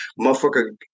motherfucker